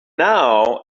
now